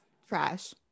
fresh